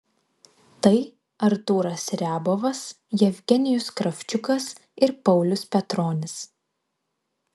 tai artūras riabovas jevgenijus kravčiukas ir paulius petronis